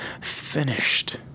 finished